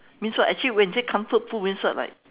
means what actually when you say comfort food means what like